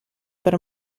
per